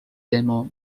demo